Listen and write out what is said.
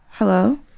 Hello